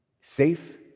safe